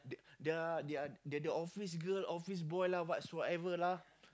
there there are the office girl office boy whatsoever lah